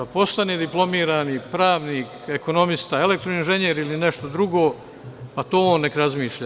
Da postane diplomirani pravnik, ekonomista, elektroinženjer ili nešto drugo, to on nek razmišlja.